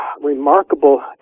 remarkable